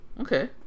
Okay